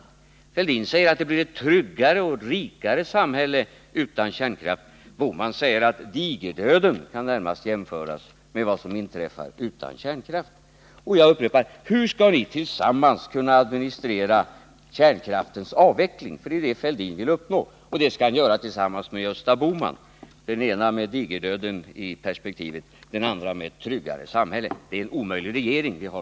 Thorbjörn Fälldin säger att det blir ett tryggare och rikare samhälle utan kärnkraft. Gösta Bohman säger att vad som inträffar utan kärnkraft kan närmast jämföras med digerdöden. Hur skall ni tillsammans kunna administrera kärnkraftens avveckling, för det är ju det Thorbjörn Fälldin vill uppnå? Och det skall han göra tillsammans med Gösta Bohman — den ena med digerdöden i perspektivet, den andra med ett tryggare samhälle! Det är en omöjlig regering vi har.